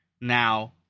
now